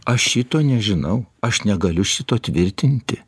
aš šito nežinau aš negaliu šito tvirtinti